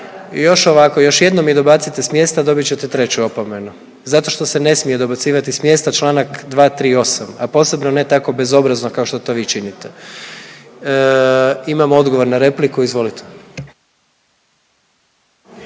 još ovako još jednom mi dobacite s mjesta dobit ćete treću opomenu zato što se ne smije dobacivati s mjesta čl. 238., a posebno ne tako bezobrazno kao što to vi činite. Imamo odgovor na repliku izvolite.